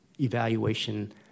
evaluation